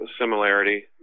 similarity